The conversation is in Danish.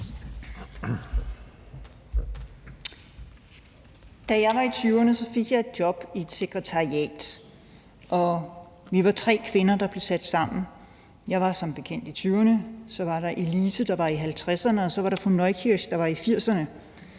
Da jeg var i 20'erne, fik jeg et job i et sekretariat. Vi var tre kvinder, der blev sat sammen. Jeg var som sagt i 20'erne; så var der Elise, der var i 50'erne; og så var der fru Neukirsch, der var i 80'erne.